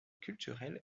culturelles